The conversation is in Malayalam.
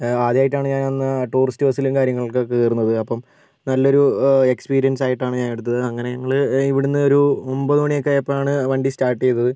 ആദ്യമായിട്ടാണ് ഞാൻ അന്ന് ടൂറിസ്റ്റ് ബസ്സിലും കാര്യങ്ങൾക്കൊക്കെ കയറുന്നത് അപ്പം നല്ലൊരു എക്സ്പീരിയൻസ് ആയിട്ടാണ് ഞാൻ എടുത്തത് അങ്ങനെ ഞങ്ങൾ ഇവിടെ നിന്നൊരു ഒമ്പതുമണിയൊക്കെ ആയപ്പോളാണ് വണ്ടി സ്റ്റാർട്ട് ചെയ്തത്